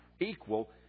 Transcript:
equal